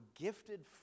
gifted